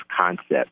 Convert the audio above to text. concept